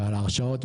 ועל ההרשאות,